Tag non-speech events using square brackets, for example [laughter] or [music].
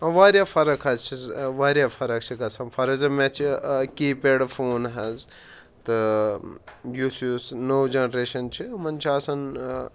واریاہ فرق حظ چھِس واریاہ فرق چھِ گژھان [unintelligible] مےٚ چھِ کیٖپیڈ فون حظ تہٕ یُس یُس نوٚو جٮ۪نریشَن چھِ یِمَن چھِ آسان